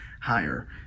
higher